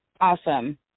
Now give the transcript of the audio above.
awesome